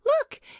look